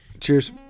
Cheers